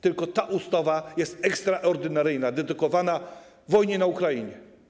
Tylko że ta ustawa jest ekstraordynaryjna, dedykowana wojnie na Ukrainie.